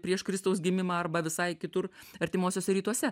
prieš kristaus gimimą arba visai kitur artimuosiuose rytuose